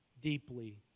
deeply